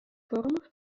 форумов